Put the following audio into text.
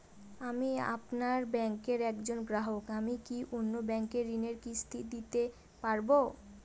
আমি আপনার ব্যাঙ্কের একজন গ্রাহক আমি কি অন্য ব্যাঙ্কে ঋণের কিস্তি দিতে পারবো?